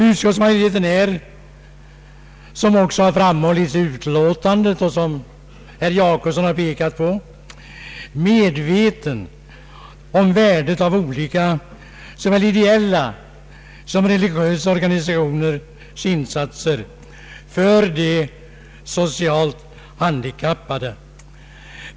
Utskottsmajoriteten är — som också framhållits i utlåtandet och som herr Per Jacobsson påpekat — medveten om värdet av olika såväl ideella som religiösa organisationers insatser för de socialt handikappade.